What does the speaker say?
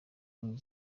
king